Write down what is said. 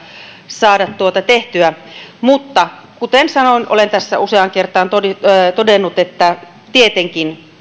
saada tehtyä mutta kuten sanoin olen tässä useaan kertaan todennut todennut että tietenkin